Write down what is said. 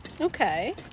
Okay